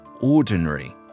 ordinary